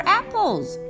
apples